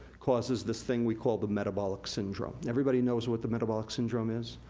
causes this thing we call the metabolic syndrome. everybody knows what the metabolic syndrome is?